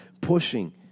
pushing